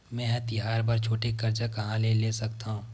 मेंहा तिहार बर छोटे कर्जा कहाँ ले सकथव?